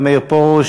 חבר הכנסת מאיר פרוש,